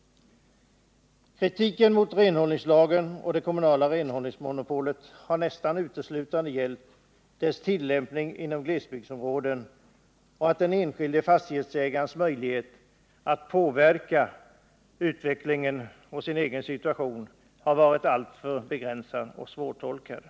Kritiken mot renhållningslagen och det kommunala renhållningsmonopolet har nästan uteslutande gällt dess tillämpning inom glesbygdsområden och att den enskilda fastighetsägarens möjlighet att påverka utvecklingen och sin Nr 167 egen situation har varit alltför begränsad och svårtolkad.